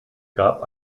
gab